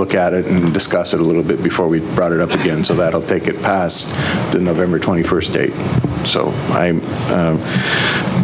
look at it and discuss it a little bit before we brought it up again so that i'll take it past the november twenty first date so i